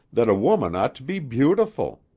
that a woman ought to be beautiful.